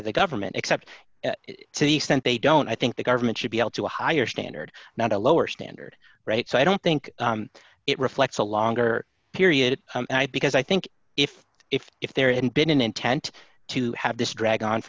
to the government except to the cent they don't i think the government should be held to a higher standard not a lower standard rate so i don't think it reflects a longer period because i think if if if there hadn't been an intent to have this drag on